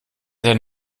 denn